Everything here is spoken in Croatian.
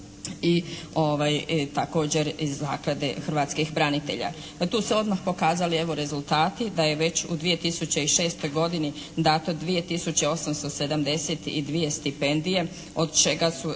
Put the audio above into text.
i također zaklade hrvatskih branitelja. Tu su se odmah pokazali evo rezultati da je već u 2006. godini dato 2 tisuće 872 stipendije od čega su